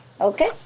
Okay